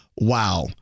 Wow